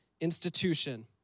institution